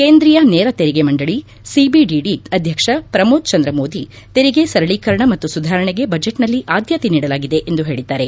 ಕೇಂದ್ರೀಯ ನೇರ ತೆರಿಗೆ ಮಂಡಳ ಸಿಬಿಡಿಡಿ ಅಧ್ಯಕ್ಷ ಪ್ರಮೋದ್ ಚಂದ್ರ ಮೋದಿ ತೆರಿಗೆ ಸರಳೀಕರಣ ಮತ್ತು ಸುಧಾರಣೆಗೆ ಬಜೆಟ್ನಲ್ಲಿ ಆದ್ದತೆ ನೀಡಲಾಗಿದೆ ಎಂದು ಹೇಳಿದ್ದಾರೆ